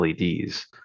LEDs